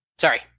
Sorry